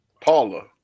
Paula